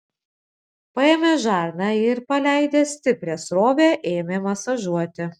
paėmė žarną ir paleidęs stiprią srovę ėmė masažuoti